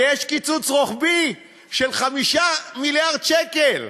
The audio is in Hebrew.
ויש קיצוץ רוחבי של 5 מיליארדי שקלים,